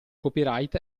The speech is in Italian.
copyright